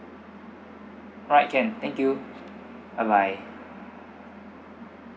right can thank you bye bye